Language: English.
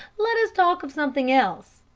let us talk of something else.